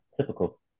typical